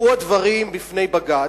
הובאו הדברים בפני בג"ץ,